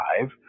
five